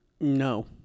no